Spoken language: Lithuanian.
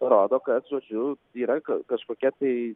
rodo kad žodžiu yra ka kažkokia tai